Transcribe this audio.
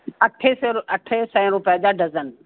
अठ सौ रु अठ सौ रुपए जा डजन